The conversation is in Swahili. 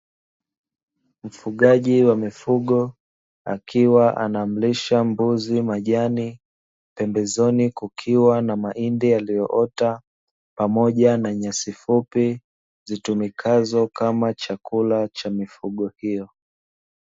Mfugaji wa mifugo akiwa anamlisha mbuzi majani, pembezoni kukiwa na mahindi yaliyoota, pamoja na nyasi fupi zitumikazo kama chakula cha mifugo hiyo.